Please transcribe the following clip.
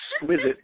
exquisite